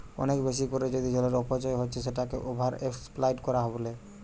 অনেক বেশি কোরে যদি জলের অপচয় হচ্ছে সেটাকে ওভার এক্সপ্লইট কোরা বলে